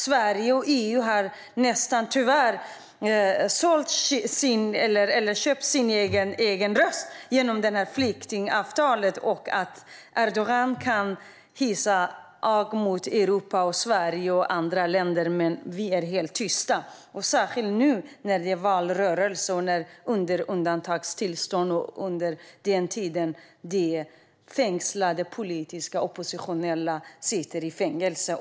Sverige och EU har tyvärr nästan köpt sin egen röst genom detta flyktingavtal. Erdogan kan hysa agg mot Europa, Sverige och andra länder. Men vi är helt tysta, särskilt nu när det är valrörelse och när det är undantagstillstånd. Under tiden sitter politiska oppositionella i fängelse.